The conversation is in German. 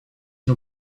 nur